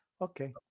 Okay